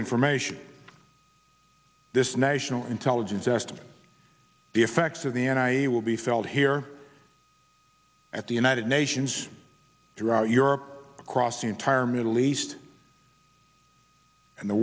information this national intelligence estimate the effects of the end i e will be felt here at the united nations throughout europe across the entire middle east and the